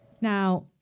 now